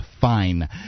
fine